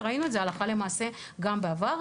וראינו את זה הלכה למעשה גם בעבר.